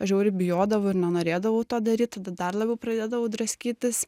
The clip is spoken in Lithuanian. žiauriai bijodavau ir nenorėdavau to daryt tada dar labiau pradėdavau draskytis